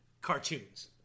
cartoons